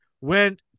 went